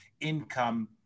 income